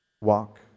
Walk